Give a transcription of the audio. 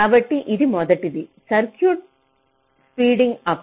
కాబట్టి ఇది మొదటిది సర్క్యూట్ స్పీడ్డింగ్ ఆప్